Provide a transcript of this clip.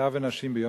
טף ונשים.